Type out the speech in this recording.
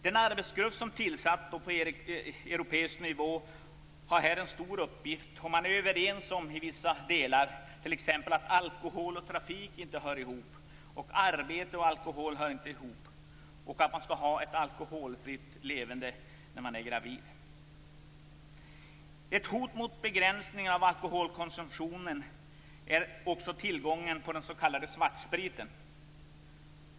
Den arbetsgrupp som har tillsatts på europeisk nivå har en stor uppgift. Man är överens i vissa delar, t.ex. om att alkohol och trafik inte hör ihop, att arbete och alkohol inte hör ihop och att man skall föra ett alkoholfritt leverne när man är gravid. Ett hot mot begränsningen av alkoholkonsumtionen är också tillgången på den s.k. svartspriten.